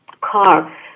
car